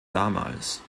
damals